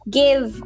give